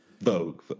Vogue